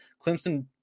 Clemson